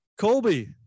Colby